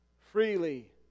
freely